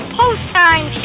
post-time